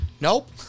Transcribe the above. nope